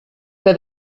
que